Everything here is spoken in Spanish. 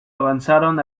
avanzaron